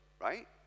right